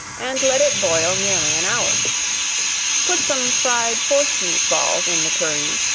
and let it boil nearly an hour put some fried force meat balls in the tureen,